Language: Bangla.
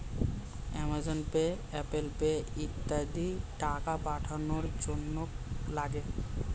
অ্যামাজন পে, অ্যাপেল পে ইত্যাদি টাকা পাঠানোর জন্যে লাগে